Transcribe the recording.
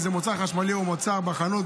אם זה מוצר חשמלי או מוצר בחנות,